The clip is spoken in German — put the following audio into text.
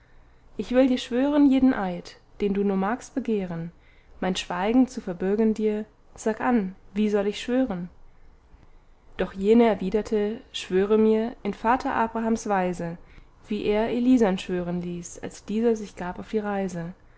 ich will dir schwören jeden eid den du nur magst begehren mein schweigen zu verbürgen dir sag an wie soll ich schwören doch jene erwiderte schwöre mir in vater abrahams weise wie er eliesern schwören ließ als dieser sich gab auf die reise